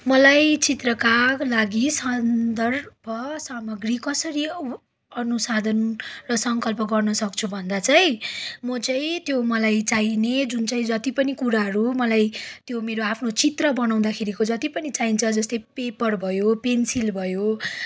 मलाई चित्रका लागि सन्दर्भ सामग्री कसरी अनुसन्धान र संकल्प गर्नसक्छु भन्दा चाहिँ म चाहिँ त्यो मलाई चाहिने जुन चाहिँ जति पनि कुराहरू मलाई त्यो मेरो आफ्नो चित्र बनाउँदाखेरिको जति पनि चाहिन्छ जस्तै पेपर भयो पेन्सिल भयो खाता